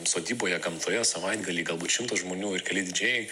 sodyboje gamtoje savaitgalį galbūt šimto žmonių ir keli didžėjai